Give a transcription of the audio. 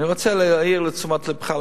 אני רוצה להעיר את תשומת לבך,